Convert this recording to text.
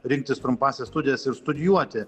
rinktis trumpąsias studijas ir studijuoti